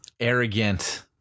arrogant